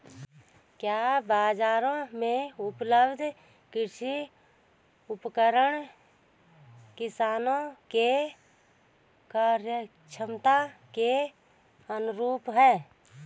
क्या बाजार में उपलब्ध कृषि उपकरण किसानों के क्रयक्षमता के अनुरूप हैं?